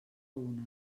una